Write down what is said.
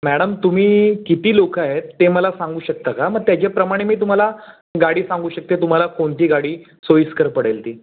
madam तुम्ही किती लोक आहेत ते मला सांगू शकता का मग त्याच्याप्रमाणे मी तुम्हाला गाडी सांगू शकते तुम्हाला कोणती गाडी सोयीस्कर पडेल ती